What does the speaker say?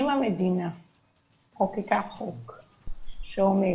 אם המדינה חוקקה חוק שאומר